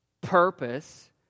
Purpose